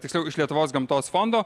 tiksliau iš lietuvos gamtos fondo